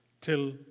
till